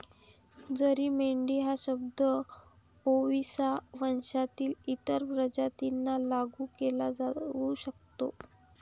जरी मेंढी हा शब्द ओविसा वंशातील इतर प्रजातींना लागू केला जाऊ शकतो